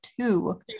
two